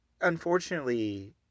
unfortunately